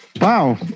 Wow